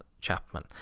chapman